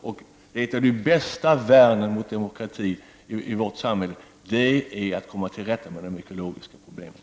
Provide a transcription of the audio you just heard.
Det bästa värnet för demokratin i vårt samhälle är att vi kommer till rätta med de ekologiska problemen.